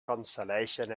consolation